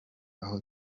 aho